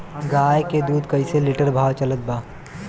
गाय के दूध कइसे लिटर भाव चलत बा?